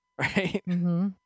Right